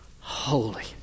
holy